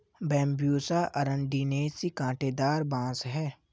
Bambusa अरंडिनेसी काँटेदार बाँस है